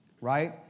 Right